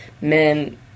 men